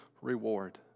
reward